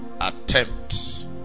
attempt